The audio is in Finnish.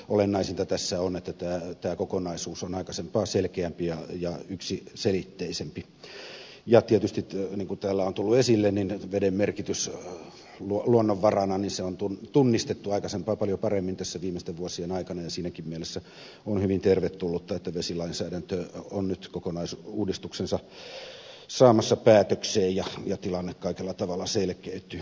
olennaisinta tässä on että tämä kokonaisuus on aikaisempaa selkeämpi ja yksiselitteisempi ja tietysti niin kuin täällä on tullut esille veden merkitys luonnonvarana on tunnistettu aikaisempaa paljon paremmin tässä viimeisten vuosien aikana ja siinäkin mielessä on hyvin tervetullutta että vesilainsäädäntö on nyt kokonaisuudistuksensa saamassa päätökseen ja tilanne kaikella tavalla selkeytyy